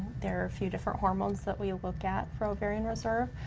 there are a few different hormones that we look at for ovarian reserve.